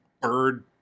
bird